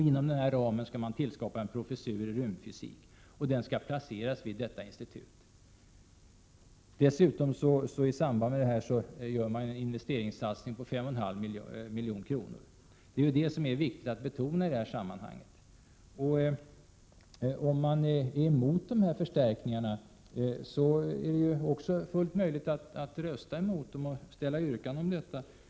Inom denna ram skall man tillskapa en professur i rymdfysik, och den skall placeras vid institutet i Kiruna. I samband med detta gör man dessutom en investeringssatsning på 5,5 milj.kr., och detta är viktigt att betona i sammanhanget. Om man är emot de här förstärkningarna är det fullt möjligt att också rösta emot dem och ställa yrkande om avslag.